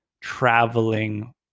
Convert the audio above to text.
traveling